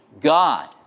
God